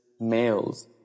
males